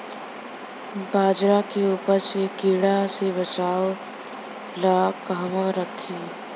बाजरा के उपज के कीड़ा से बचाव ला कहवा रखीं?